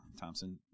Thompson